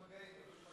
איזה מגעים?